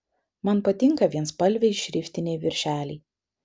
man patinka vienspalviai šriftiniai viršeliai